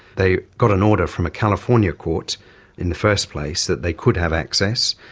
they got an order from a california court in the first place that they could have access.